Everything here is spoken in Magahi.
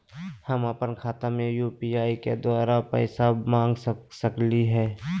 हम अपन खाता में यू.पी.आई के द्वारा पैसा मांग सकई हई?